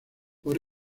por